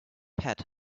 pat